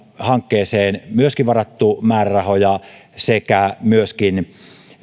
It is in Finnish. hankkeeseen myöskin varattu määrärahoja sekä tehty